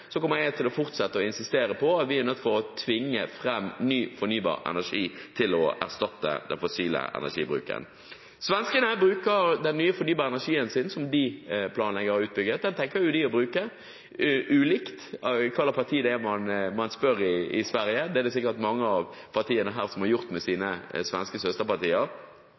så lenge det finnes fossil energibruk i Norge, kommer jeg til å fortsette å insistere på at vi er nødt til å tvinge fram ny fornybar energi for å erstatte den fossile energibruken. Svenskene tenker å bruke den nye fornybare energien de planlegger å bygge ut, ulikt, alt ettersom hvilket parti man spør i Sverige. Det er det sikkert mange av partiene her som har gjort, med sine svenske søsterpartier.